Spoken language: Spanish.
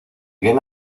bien